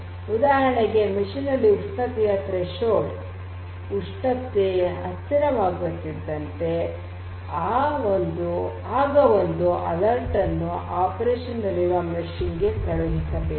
ಉದಾಹರಣೆಗೆ ಯಂತ್ರಗಳಲ್ಲಿ ಉಷ್ಣತೆಯು ತ್ರೆಶೋಲ್ಡ್ ಉಷ್ಣತೆಗೆ ಹತ್ತಿರವಾಗುತ್ತಿದ್ದರೆ ಆಗ ಒಂದು ಎಚ್ಚರಿಕೆಯನ್ನು ಕಾರ್ಯಾಚರಣೆಯಲ್ಲಿರುವ ಆ ಯಂತ್ರಗಳಿಗೆ ಕಳುಹಿಸಬೇಕು